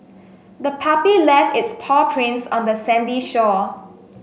the puppy left its paw prints on the sandy shore